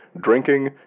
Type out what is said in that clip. drinking